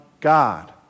God